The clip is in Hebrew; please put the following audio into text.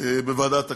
בוועדת הכנסת,